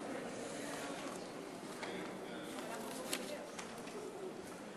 קריאה שנייה וקריאה שלישית.